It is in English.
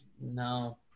no